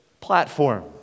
platform